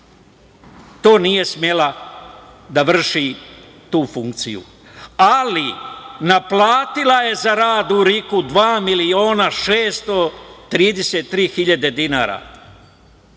nije smela da vrši tu funkciju. Ali naplatila je za rad u RIK dva miliona 633 hiljade dinara.